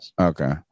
Okay